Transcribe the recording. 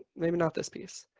maybe not this piece.